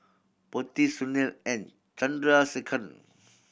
Potti Sunil and Chandrasekaran